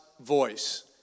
Voice